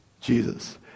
Jesus